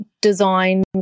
designed